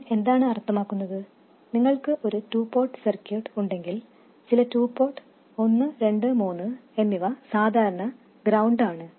ഞാൻ എന്താണ് അർത്ഥമാക്കുന്നത് നിങ്ങൾക്ക് ഒരു ടു പോർട്ട് സർക്യൂട്ട് ഉണ്ടെങ്കിൽ ചില ടു പോർട്ട് ഒന്ന് രണ്ട് മൂന്ന് എന്നിവ സാധാരണ ഗ്രൌണ്ട് ആണ്